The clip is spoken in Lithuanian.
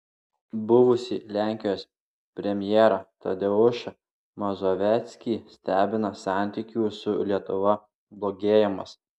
buvusį lenkijos premjerą tadeušą mazoveckį stebina santykių su lietuva blogėjimas